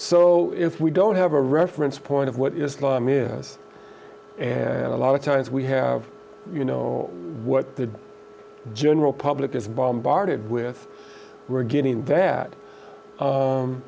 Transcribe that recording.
so if we don't have a reference point of what islam is and a lot of times we have you know what the general public is bombarded with we're getting